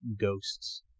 ghosts